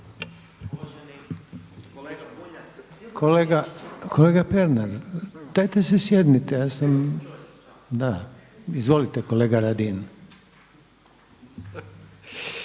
Kolega Pernar, dajte se sjednite. Da. Izvolite kolega Radin.